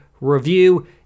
review